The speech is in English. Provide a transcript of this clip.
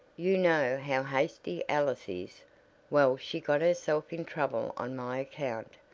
you know how hasty alice is well she got herself in trouble on my account,